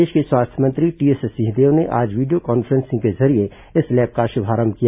प्रदेश के स्वास्थ्य मंत्री टीएस सिंहदेव ने आज वीडियो कान्फ्रेंसिंग के जरिए इस लैब का शुभारंभ किया